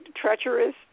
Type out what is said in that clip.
treacherous